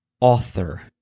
author